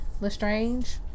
Lestrange